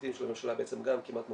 המחליטים של הממשלה בעצם גם כמעט מוכנה.